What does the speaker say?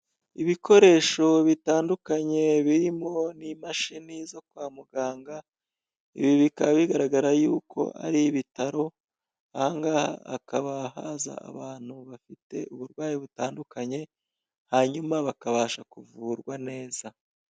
Ibikoresho bitandukanye birimo n'imashini zo kwa muganga, ibi bikaba bigaragara yuko ari ibitaro; aha ngaha hakaba haza abantu bafite uburwayi butandukanye hanyuma bakabasha kuvurwa neza.